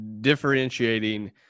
differentiating